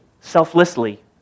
selflessly